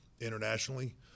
internationally